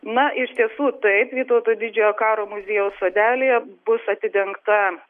na iš tiesų taip vytauto didžiojo karo muziejaus sodelyje bus atidengta